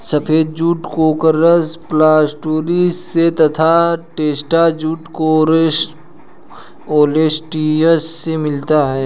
सफ़ेद jute Corchorus capsularis से तथा टोस्सा जूट कोर्कोरस ओलिटोरियस से मिलता है